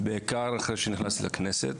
בעיקר אחרי שנכנסתי לכנסת,